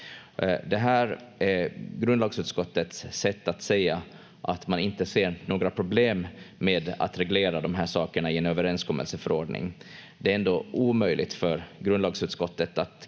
Det här är grundlagsutskottets sätt att säga att man inte ser några problem med att reglera de här sakerna i en överenskommelseförordning. Det är ändå omöjligt för grundlagsutskottet att